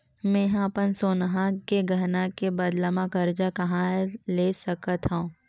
मेंहा अपन सोनहा के गहना के बदला मा कर्जा कहाँ ले सकथव?